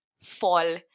fall